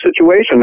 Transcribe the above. situation